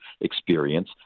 experience